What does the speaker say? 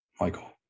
Michael